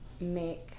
make